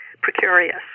precarious